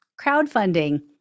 crowdfunding